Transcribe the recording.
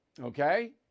Okay